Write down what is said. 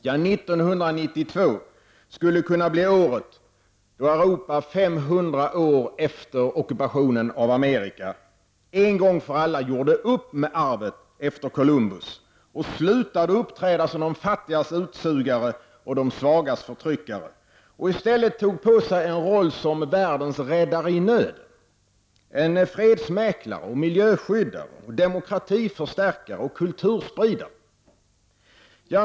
Ja, 1992 skulle kunna bli året då Europa, 500 år efter ockupationen av Amerika, en gång för alla gjorde upp med arvet efter Columbus, slutade uppträda som de fattigas utsugare och de svagas förtryckare, och i stället tog på sig rollen som världens räddare i nöd, som fredsmäklare och miljöskyddare, demokratiförstärkare och kulturspridare.